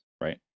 right